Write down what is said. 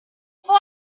foc